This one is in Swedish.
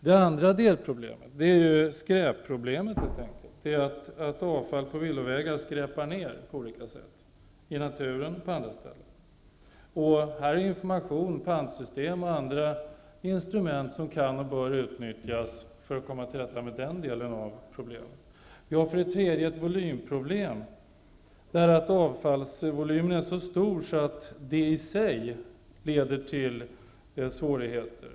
Det andra delproblemet är helt enkelt skräpproblemet -- avfall på villovägar skräpar ner på olika sätt, i naturen och på andra ställen. Här är det information, pantsystem och andra instrument som kan och bör utnyttjas för att komma till rätta med den delen. För det tredje har vi ett volymproblem. Avfallsvolymen är så stor att det i sig leder till svårigheter.